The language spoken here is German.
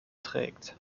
trägt